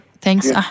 Thanks